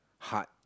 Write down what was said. heart